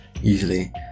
usually